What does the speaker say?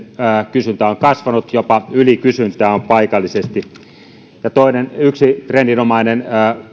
kysyntä on kasvanut jopa ylikysyntää on paikallisesti yksi trendinomainen